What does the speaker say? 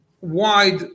wide